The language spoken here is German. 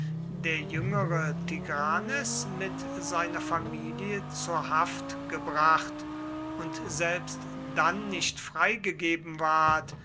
der jüngere tigranes mit seiner familie zur haft gebracht und selbst dann nicht freigegeben ward